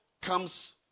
comes